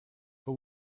but